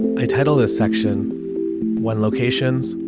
they title this section one locations.